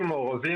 אנחנו מעורבים,